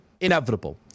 inevitable